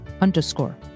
underscore